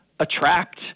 attract